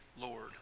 Lord